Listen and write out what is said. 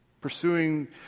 pursuing